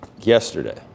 Yesterday